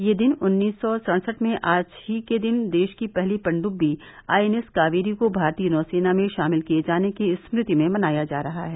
यह दिन उन्नीस सौ सड़सढ में आज ही के दिन देश की पहली पनडुब्बी आई एनएस कार्वेरी को भारतीय नौ सेना मेंशामिल किये जाने की स्मृति में मनाया जाता है